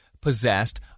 possessed